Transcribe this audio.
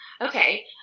Okay